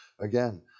again